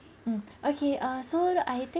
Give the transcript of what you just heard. mm okay ah so I think